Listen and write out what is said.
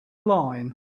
line